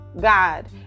God